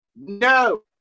no